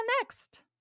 next